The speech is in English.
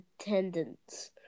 attendance